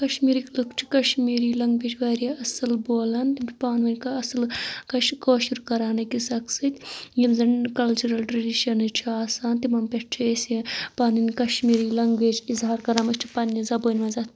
کشمیٖرٕکۍ لُکھ چھِ کَشمیٖری لنٛگویج واریاہ اَصٕل بولان تِم چھِ پانہٕ ؤنۍ کانٛہہ اَصٕل کٲشُر کَران أکِس اکھ سۭتۍ یِم زَن کَلچرَل ٹرٛیڈِشَنٕز چھِ آسان تِمَن پؠٹھ چھِ أسۍ یہِ پَنٕنۍ کَشمیٖری لنٛگویج اِظہار کَران أسۍ چھِ پَننہِ زَبٲنۍ منٛز اَتھ